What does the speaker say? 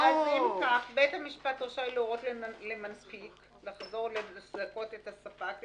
אם כך: "בית המשפט רשאי להורות למנפיק לחזור ולזכות את הספק"